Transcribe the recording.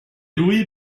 loué